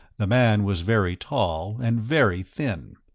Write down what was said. the man was very tall and very thin,